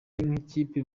nk’ikipe